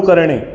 चालू करणे